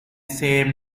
same